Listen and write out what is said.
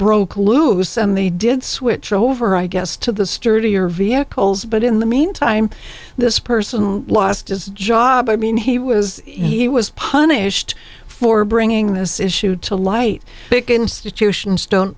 broke loose and they did switch over i guess to the sturdier vehicles but in the meantime this person lost his job i mean he was he was punished for bringing this issue to light big institutions don't